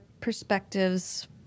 perspectives